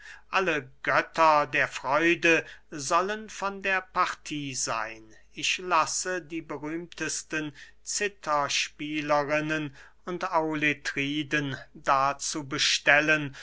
alle götter der freude sollen von der partie seyn ich lasse die berühmtesten citherspielerinnen und auletriden dazu bestellen